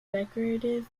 decorative